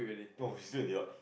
no she still in York